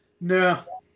No